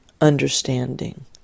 understanding